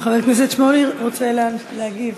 חבר הכנסת שמולי רוצה להגיב.